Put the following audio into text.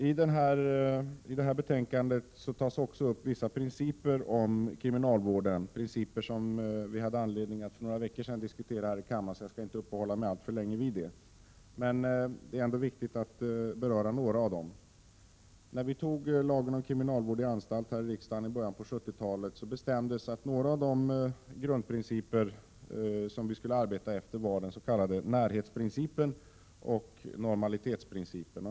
I detta betänkande tas också upp vissa principer för kriminalvården — principer som vi för några veckor sedan hade anledning att diskutera här i kammaren, så jag skall inte uppehålla mig alltför länge vid detta. Ändå är det viktigt att beröra några av dem. När riksdagen antog lagen om kriminalvård i anstalt i början av 1970-talet, bestämdes att några av de grundprinciper som vi skulle arbeta efter var den s.k. närhetsprincipen och den s.k. normalitetsprincipen.